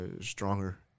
stronger